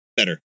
better